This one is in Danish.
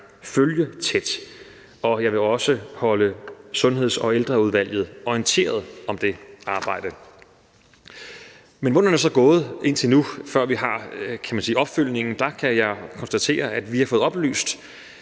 følge tæt, og jeg vil også holde Sundheds- og Ældreudvalget orienteret om det arbejde. Men hvordan er det så gået indtil nu, før vi har fået opfølgningen? Der kan jeg konstatere, at vi har fået oplyst